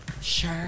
Sure